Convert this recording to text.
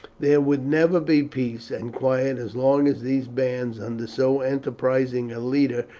there would never be peace and quiet as long as these bands, under so enterprising a leader,